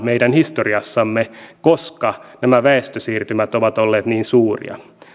meidän historiassamme koska nämä väestösiirtymät ovat olleet niin suuria